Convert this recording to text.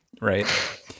right